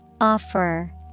Offer